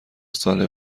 ساله